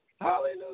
Hallelujah